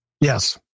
Yes